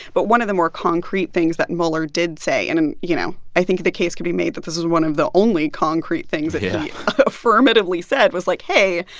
but one of the more concrete things that mueller did say and, you know, i think the case could be made that this was one of the only concrete things that he affirmatively said was, like, hey,